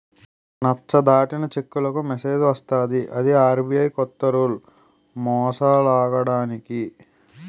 నచ్చ దాటిన చెక్కులకు మెసేజ్ వస్తది ఇది ఆర్.బి.ఐ కొత్త రూల్ మోసాలాగడానికి